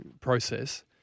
process